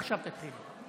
עכשיו תתחילי.